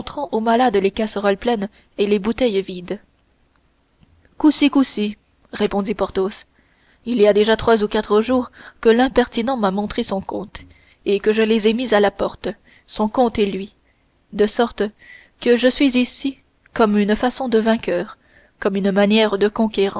au malade les casseroles pleines et les bouteilles vides couci couci répondit porthos il y a déjà trois ou quatre jours que l'impertinent m'a monté son compte et que je les ai mis à la porte son compte et lui de sorte que je suis ici comme une façon de vainqueur comme une manière de conquérant